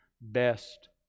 best